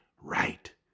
Right